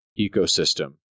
ecosystem